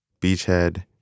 Beachhead